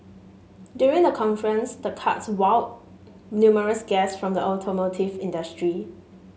during the conference the karts wowed numerous guests from the automotive industry